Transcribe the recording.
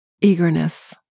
eagerness